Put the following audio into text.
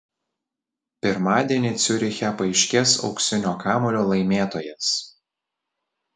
pirmadienį ciuriche paaiškės auksinio kamuolio laimėtojas